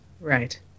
Right